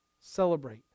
celebrate